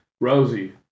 Rosie